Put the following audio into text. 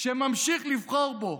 שממשיך לבחור בו?